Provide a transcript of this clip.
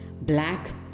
black